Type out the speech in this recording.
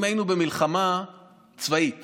אם היינו במלחמה צבאית